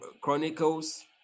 Chronicles